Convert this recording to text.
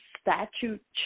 statute